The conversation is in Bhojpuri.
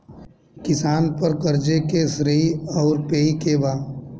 किसान पर क़र्ज़े के श्रेइ आउर पेई के बा?